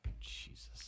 Jesus